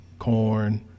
corn